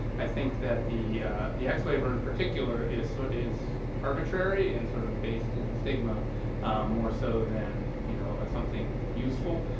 i think that the the x waiver, in particular, is so is arbitrary and sort of based in stigma more so than you know ah something useful.